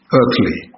earthly